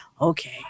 okay